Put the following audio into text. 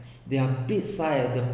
they’re big size the